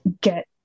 get